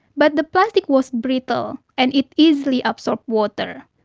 but the plastic was brittle, and it easily absorbed water.